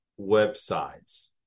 websites